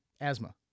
Asthma